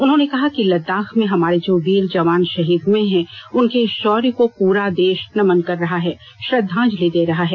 उन्होंने कहा कि लददाख में हमारे जो वीर जवान शहीद हुए हैं उनके शौर्य को पूरा देष नमन कर रहा है श्रद्वांजलि दे रहा है